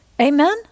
Amen